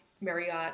Marriott